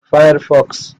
firefox